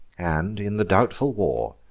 and in the doubtful war,